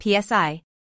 PSI